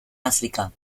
áfrica